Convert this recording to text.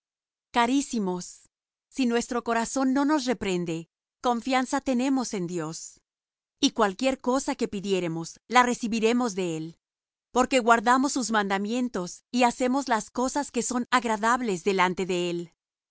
carísimos si nuestro corazón no nos reprende confianza tenemos en dios y cualquier cosa que pidiéremos la recibiremos de él porque guardamos sus mandamientos y hacemos las cosas que son agradables delante de él